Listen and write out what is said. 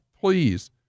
please